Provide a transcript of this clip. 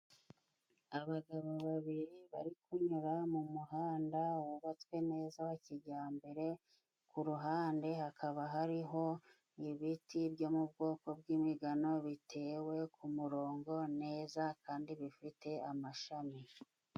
Abagabo babiri bari kunyura mu muhanda wubatswe neza wa kijyambere, ku ruhande hakaba hariho ibiti byo mu bwoko bw'imigano bitewe ku murongo neza kandi bifite amashami.